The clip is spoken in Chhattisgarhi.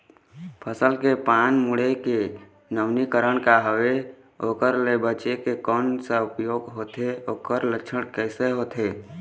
फसल के पान मुड़े के नवीनीकरण का हवे ओकर ले बचे के कोन सा उपाय होथे ओकर लक्षण कैसे होथे?